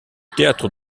théâtre